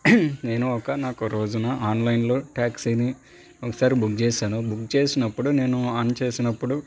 నేను ఒకానొక రోజున ఆన్లైన్లో ట్యాక్సీని ఒకసారి బుక్ చేశాను బుక్ చేసినప్పుడు నేను ఆన్ చేసినప్పుడు